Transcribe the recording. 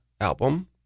album